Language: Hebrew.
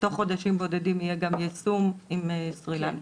שתוך חודשים בודדים יהיה גם יישום עם סרי לנקה.